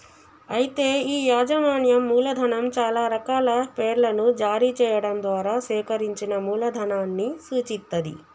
అయితే ఈ యాజమాన్యం మూలధనం చాలా రకాల పేర్లను జారీ చేయడం ద్వారా సేకరించిన మూలధనాన్ని సూచిత్తది